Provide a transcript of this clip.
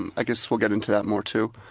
and i guess we'll get into that more too.